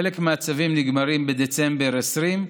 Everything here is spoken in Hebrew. חלק מהצווים נגמרים בדצמבר 2020,